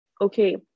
okay